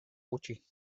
gutxi